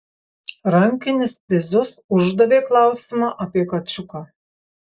rankinis pizius uždavė klausimą apie kačiuką